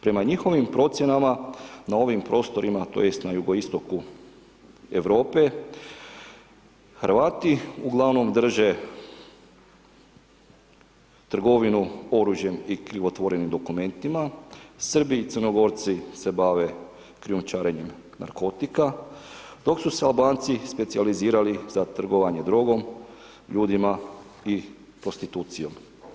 Prema njihovim procjenama na ovim prostorima tj. na jugoistoku Europe, Hrvati uglavnom drže trgovinu oružjem i krivotvorenim dokumentima, Srbi i Crnogorci se bave krijumčarenjem narkotika dok su se Albanci specijalizirali za trgovanje drogom, ljudima i prostitucijom.